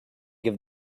give